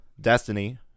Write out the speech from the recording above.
Destiny